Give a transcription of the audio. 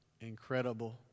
incredible